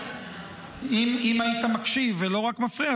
אם היית מקשיב ולא רק מפריע,